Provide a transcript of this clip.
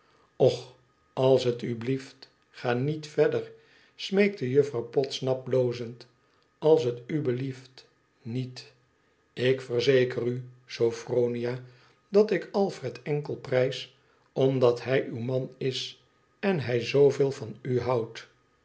och als tu blieft ga niet verder smeekte juflrouw podsnap blozend i als t u blieft niet ik verzeker u sophronia datikalfred enkel pnjs omdat hij uw man is en hij zooveel van u houdt